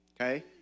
Okay